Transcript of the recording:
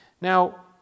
Now